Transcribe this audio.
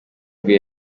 rwe